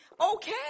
okay